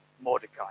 Mordecai